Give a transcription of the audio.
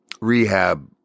rehab